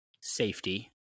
safety